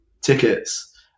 tickets